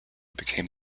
became